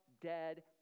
dead